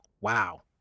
Wow